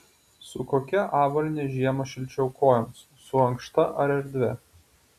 su kokia avalyne žiemą šilčiau kojoms su ankšta ar erdvia